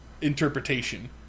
interpretation